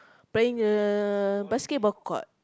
play in the basketball court